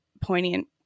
poignant